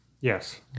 Yes